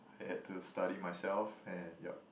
had to study myself and yup